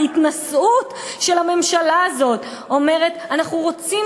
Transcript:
בהתנשאות של הממשלה הזאת היא אומרת: אנחנו רוצים